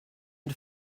and